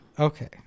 Okay